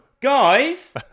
guys